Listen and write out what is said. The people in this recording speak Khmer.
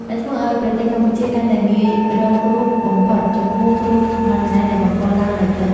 ដែលធ្វើឱ្យប្រទេសកម្ពុជាកាន់តែងាយរងគ្រោះបំផុតចំពោះគ្រោះមហន្តរាយដែលបង្កឡើងដោយទឹក។